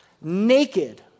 naked